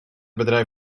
bedrijf